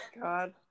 god